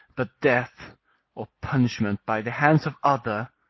but death or punishment by the hands of other.